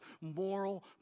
moral